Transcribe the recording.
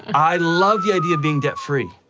i love the idea of being debt-free,